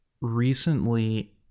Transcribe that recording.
recently